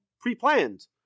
pre-planned